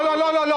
לא, לא.